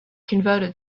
converted